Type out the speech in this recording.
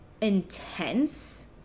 intense